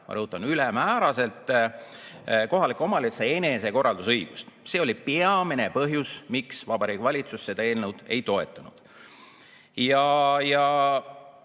ma rõhutan: ülemääraselt – kohaliku omavalitsuse enesekorraldusõigust. See oli peamine põhjus, miks Vabariigi Valitsus seda eelnõu ei toetanud.